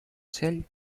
цель